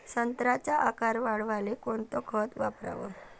संत्र्याचा आकार वाढवाले कोणतं खत वापराव?